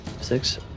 Six